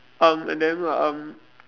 um and then um